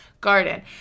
garden